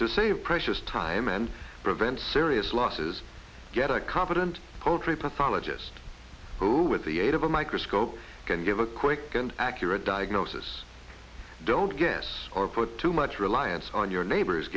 to save precious time and prevent serious losses get a competent poultry pathologist who with the aid of a microscope can give a quick and accurate diagnosis don't guess or put too much reliance on your neighbor